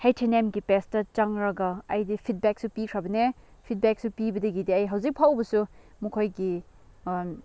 ꯍꯩꯁ N ꯑꯦꯝꯒꯤ pest ꯆꯪꯉꯒ ꯑꯩꯗꯤ ꯐꯤꯠꯕꯦꯛꯁꯨ ꯄꯤꯈ꯭ꯔꯕꯅꯦ ꯐꯤꯠꯕꯦꯛꯁꯨ ꯄꯤꯕꯗꯒꯤ ꯑꯩ ꯍꯧꯖꯤꯛ ꯐꯥꯎꯕꯁꯨ ꯃꯈꯣꯏꯒꯤ